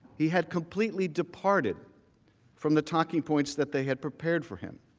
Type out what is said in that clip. he had completely departed from the talking points that they had prepared for him.